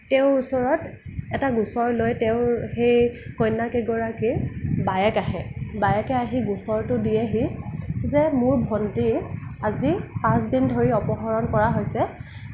তেওঁৰ ওচৰত এটা গোচৰ লৈ তেওঁৰ সেই কন্যা কেইগৰাকীৰ বায়েক আহে বায়েকে আহি গোচৰটো দিয়েহি যে মোৰ ভণ্টি আজি পাঁচ দিন ধৰি অপহৰণ কৰা হৈছে